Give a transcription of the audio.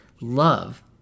love